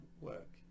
work